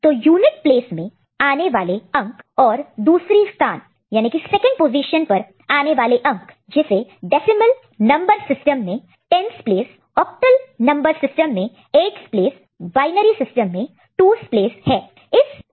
तो unit place में आने वाले अंक और दूसरी स्थान सेकंड पोजीशन second position पर आने वाले अंक नंबर number जिसे डेसिमल नंबर सिस्टम में 10's प्लेस ऑक्टल सिस्टम में 8's प्लेस बायनरी सिस्टम में 2's प्लेस हैं